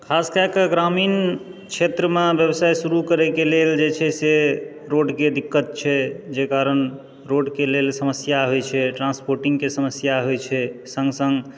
खास कए कऽ ग्रामीण क्षेत्रमे व्यवसाय शुरू करैके लेल जे छै से रोडके दिक्कत छै जाहि कारण रोडके लेल समस्या होइत छै ट्रान्सपोर्टिंगके समस्या होइ छै सङ्ग सङ्ग